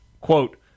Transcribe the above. Quote